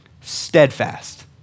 steadfast